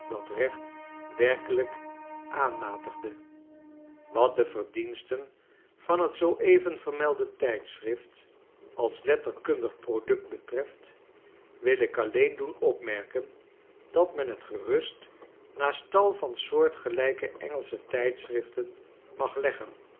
dat recht werkelijk aanmatigde wat de verdiensten van t zoo even vermelde tijdschrift als letterkundig product betreft wil ik alleen doen opmerken dat men t gerust naast tai van soortgelijke engelsche tijdschriftenmag leggen